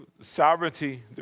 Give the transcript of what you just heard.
sovereignty